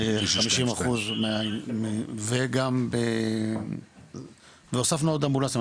50% והוספנו עוד אמבולנסים,